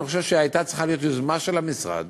אני חושב שהייתה צריכה להיות יוזמה של המשרד,